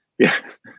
Yes